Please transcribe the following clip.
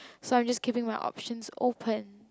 so I am just keeping my options open